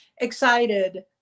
excited